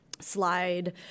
slide